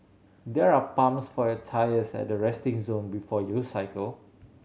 there are pumps for your tyres at the resting zone before you cycle